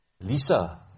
Lisa